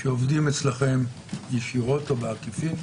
שעובדים אצלכם ישירות או בעקיפין?